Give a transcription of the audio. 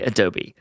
Adobe